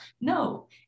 No